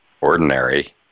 ordinary